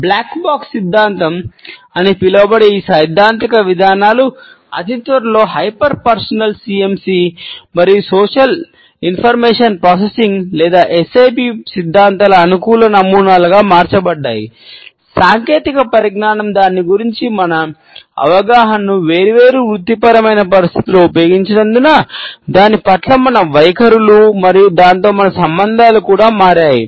'black box' సిద్ధాంతాలలో ప్రతిబింబిస్తాయి